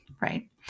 right